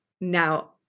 now